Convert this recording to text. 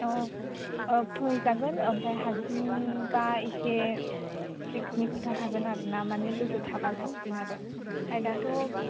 अ अ फैजागोन ओमफाय हारसिंबा इसे रिस्कनि खोथा थागोन आरो ना माने लोगो थाबा साबसिन आरो दाथ'